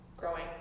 growing